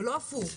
ולא הפוך.